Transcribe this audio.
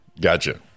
Gotcha